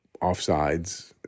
offsides